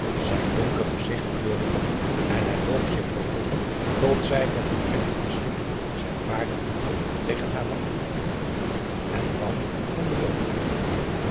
zijn donker gezicht kleurde op en hij boog zich voorover tot zij met een rilling van schrik zijn baard voelde tegen haar wang en dan mijn belooning